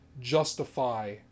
justify